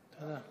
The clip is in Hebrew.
תודה.